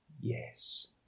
Yes